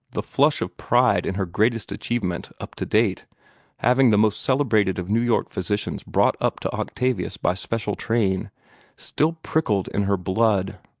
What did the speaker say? the flush of pride in her greatest achievement up to date having the most celebrated of new york physicians brought up to octavius by special train still prickled in her blood.